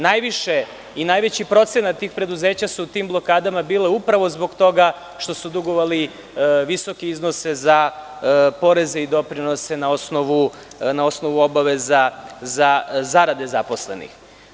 Najveći procenat tih preduzeća su u tim blokadama bila upravo zbog toga što su dugovala visoke iznose za poreze i doprinose na osnovu obaveza za zarade zaposlenih.